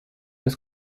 das